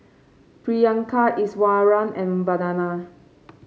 Priyanka Iswaran and Vandana